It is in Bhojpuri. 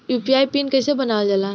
यू.पी.आई पिन कइसे बनावल जाला?